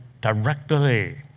directly